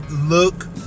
look